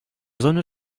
sonne